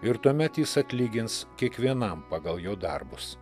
ir tuomet jis atlygins kiekvienam pagal jo darbus